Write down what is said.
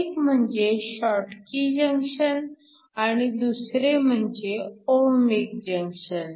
एक म्हणजे Schottky junction आणि दुसरे म्हणजे ओहमीक जंक्शन